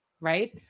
right